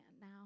now